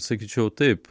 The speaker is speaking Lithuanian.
sakyčiau taip